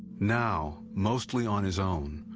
now, mostly on his own,